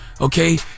Okay